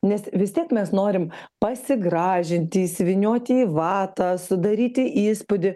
nes vis tiek mes norim pasigražint įsivynioti į vatą sudaryti įspūdį